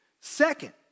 Second